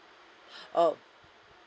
oh